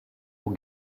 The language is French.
aux